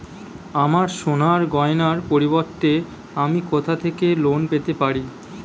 আমার সোনার গয়নার পরিবর্তে আমি কোথা থেকে লোন পেতে পারি?